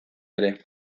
ere